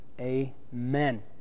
Amen